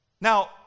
Now